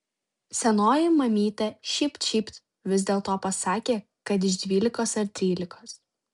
senoji mamytė šypt šypt vis dėlto pasakė kad iš dvylikos ar trylikos